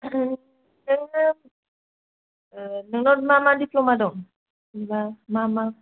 नोंना नोंनाव मा मा दिफ्लमा दं जेन'बा मा मा